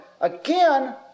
Again